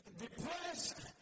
depressed